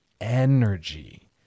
energy